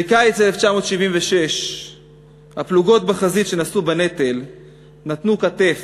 בקיץ 1976 הפלוגות בחזית שנשאו בנטל נתנו כתף,